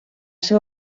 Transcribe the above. ser